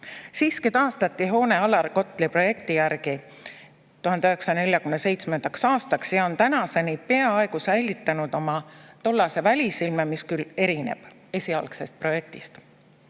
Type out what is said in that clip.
Siiski taastati hoone Alar Kotli projekti järgi 1947. aastaks ja see on tänaseni peaaegu säilitanud oma tollase välisilme, mis erineb esialgsest projektist.